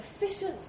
efficient